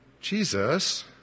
Jesus